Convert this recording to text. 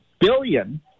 billion